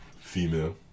Female